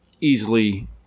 easily